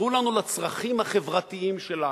תעזרו לנו לצרכים החברתיים שלנו.